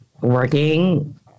working